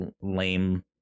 lame